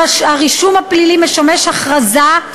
הרישום הפלילי משמש הכרזה,